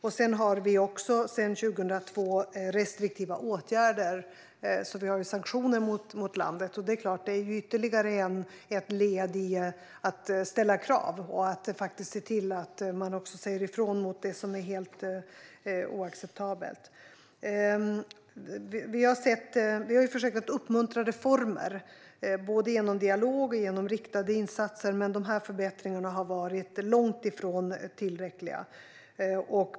Sverige har sedan 2002 genomfört restriktiva åtgärder med sanktioner mot landet. Det är ytterligare ett led i att ställa krav och se till att man säger ifrån mot sådant som är helt oacceptabelt. Vi har försökt att uppmuntra reformer med hjälp av både dialog och riktade insatser, men förbättringarna har varit långt ifrån tillräckliga.